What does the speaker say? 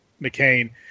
McCain